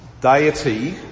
deity